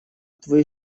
твою